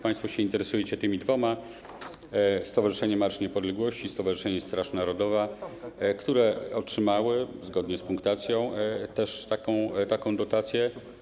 Państwo interesujecie się tymi dwoma: Stowarzyszenie Marsz Niepodległości i Stowarzyszenie Straż Narodowa, które otrzymały zgodnie z punktacją też taką dotację.